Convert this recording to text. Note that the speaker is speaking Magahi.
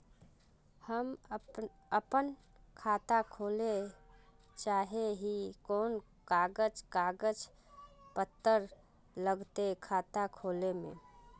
हम अपन खाता खोले चाहे ही कोन कागज कागज पत्तार लगते खाता खोले में?